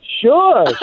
Sure